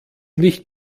nicht